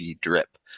drip